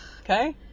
Okay